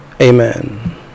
Amen